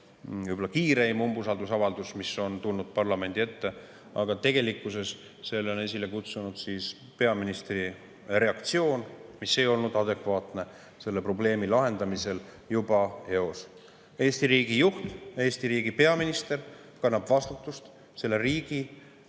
kiireim umbusaldusavaldus, mis on tulnud parlamendi ette, aga tegelikkuses on selle esile kutsunud peaministri reaktsioon, mis ei olnud adekvaatne selle probleemi lahendamisel juba eos. Eesti riigi juht, Eesti riigi peaminister kannab vastutust selle riigi